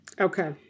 Okay